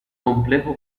complejo